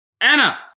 Anna